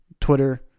Twitter